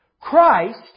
Christ